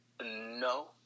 No